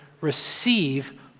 receive